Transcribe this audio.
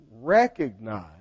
recognize